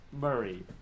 Murray